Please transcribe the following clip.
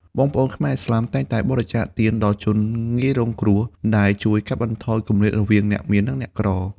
បងប្អូនខ្មែរឥស្លាមតែងតែបរិច្ចាគទាន ដល់ជនងាយរងគ្រោះ ដែលជួយកាត់បន្ថយគម្លាតរវាងអ្នកមាន និងអ្នកក្រ។